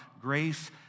grace